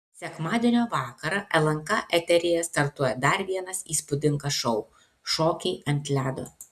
sekmadienio vakarą lnk eteryje startuoja dar vienas įspūdingas šou šokiai ant ledo